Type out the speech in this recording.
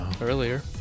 earlier